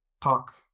talk